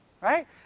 Right